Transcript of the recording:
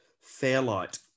Fairlight